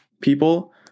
people